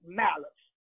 malice